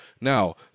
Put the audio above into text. Now